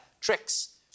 tricks